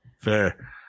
fair